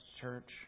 church